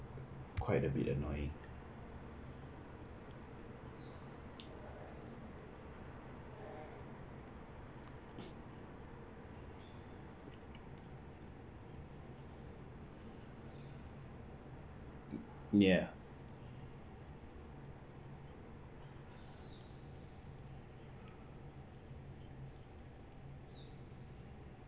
quite a bit annoying ya